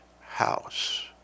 house